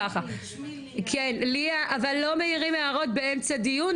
רציתי, אבל אני חייבת לרוץ.